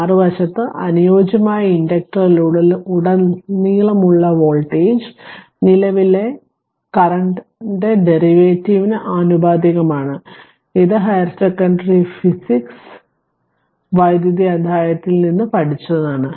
മറുവശത്ത് അനുയോജ്യമായ ഇൻഡക്ടറിലുടനീളമുള്ള വോൾട്ടേജ് നിലവിലെ ഡെറിവേറ്റീവിന് ആനുപാതികമാണ് ഇത് ഹൈ സെക്കൻഡറി ഫിസിക്സ് വൈദ്യുതി അധ്യായത്തിൽ നിന്നും പഠിച്ചതാണ്